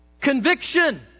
conviction